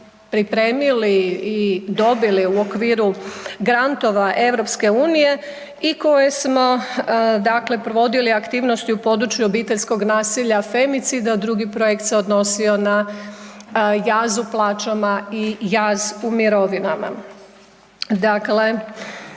pripremili i dobili u okviru grantova EU i koje smo dakle provodili aktivnosti u području obiteljskog nasilja femicid, a drugi projekt se odnosio na jaz u plaćama i jaz u mirovinama. Dakle,